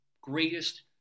greatest